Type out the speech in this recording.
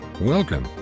Welcome